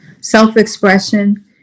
self-expression